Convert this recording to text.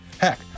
Heck